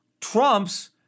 trumps